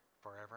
forever